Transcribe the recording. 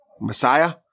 Messiah